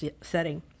setting